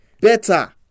better